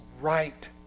right